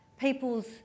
people's